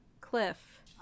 Cliff